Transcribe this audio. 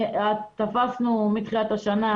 מתחילת השנה,